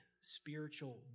spiritual